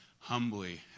Humbly